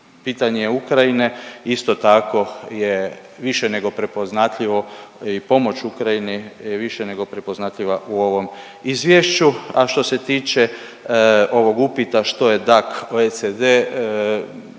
Pitanje Ukrajine isto tako je više nego prepoznatljivo i pomoć Ukrajini više nego prepoznatljiva u ovom izvješću, a što se tiče ovog upita što je DAC OECD,